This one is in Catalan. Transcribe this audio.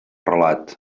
relat